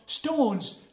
stones